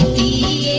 a